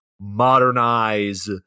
modernize